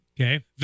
Okay